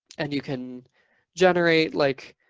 and you can generate like